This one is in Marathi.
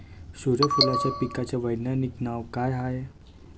सुर्यफूलाच्या पिकाचं वैज्ञानिक नाव काय हाये?